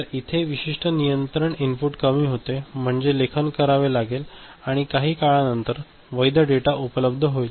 तर इथे हे विशिष्ट नियंत्रण इनपुट कमी होते म्हणजे लेखन करावे लागेल आणि काही काळानंतर वैध डेटा उपलब्ध होईल